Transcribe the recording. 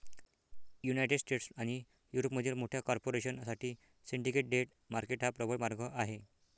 United States आणि युरोपमधील मोठ्या कॉर्पोरेशन साठी सिंडिकेट डेट मार्केट हा प्रबळ मार्ग आहे